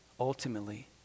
ultimately